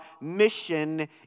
mission